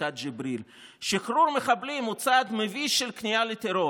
עסקת ג'יבריל: "שחרור מחבלים הוא צעד מביש של כניעה לטרור.